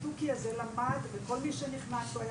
והתוכי הזה למד וכל מי שהיה נכנס אז הוא היה,